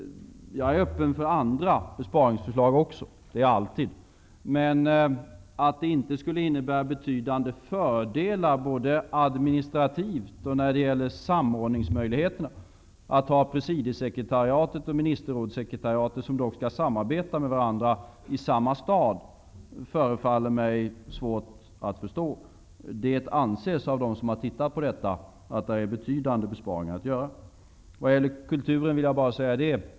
Jag är öppen för andra besparingsförslag -- det är jag alltid. Men att det inte skulle innebära betydande fördelar både administrativt och samordningsmässigt att ha presidiesekretariatet och ministerrådssekretariatet, som skall samarbeta med varandra, i samma stad, förefaller mig svårt att förstå. Det anses av dem som har tittat på detta att där finns betydande besparingar att göra.